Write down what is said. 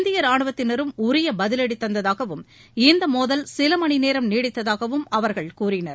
இந்திய ராணுவத்தினரும் உரிய பதிவடி தந்ததாகவும் இந்த மோதல் சில மணி நேரம் நீடித்ததாகவும் அவர்கள் கூறினர்